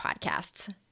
podcasts